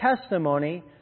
testimony